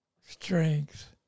strength